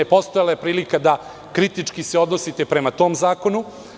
Postojala je prilika da se kritički odnosite prema tom zakonu.